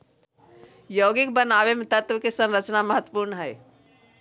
यौगिक बनावे मे तत्व के संरचना महत्वपूर्ण हय